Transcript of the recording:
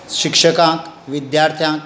शिक्षकांक विद्यार्थ्यांक